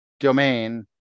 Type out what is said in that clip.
domain